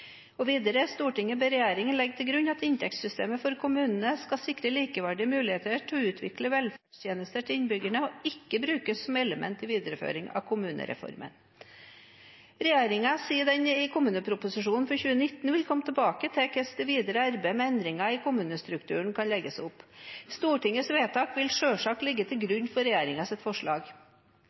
Og videre: «Stortinget ber regjeringen legge til grunn at inntektssystemet for kommunene skal sikre likeverdige muligheter til å utvikle velferdstjenester til innbyggerne og ikke brukes som element i videreføring av kommunereformen.» Regjeringen sier at man i kommuneproposisjonen for 2019 vil komme tilbake til hvordan det videre arbeidet med endringer i kommunestrukturen kan legges opp. Stortingets vedtak vil selvsagt ligge til grunn for regjeringens forslag.